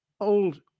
old